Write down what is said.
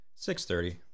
6.30